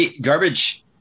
Garbage